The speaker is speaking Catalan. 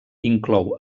inclou